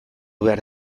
behar